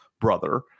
brother